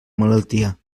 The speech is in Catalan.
malaltia